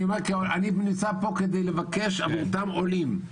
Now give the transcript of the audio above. אני נמצא פה כדי לבקש עבור אותם עולים.